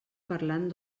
parlant